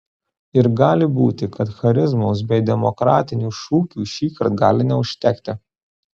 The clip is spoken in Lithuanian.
ir gali būti kad charizmos bei demokratinių šūkių šįkart gali neužtekti